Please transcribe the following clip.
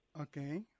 Okay